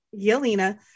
yelena